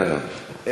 אני נשארתי לתמוך בו.